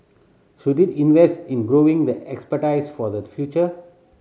should it invest in growing the expertise for the future